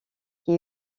qui